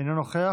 אינו נוכח.